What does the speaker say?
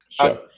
Sure